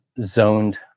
zoned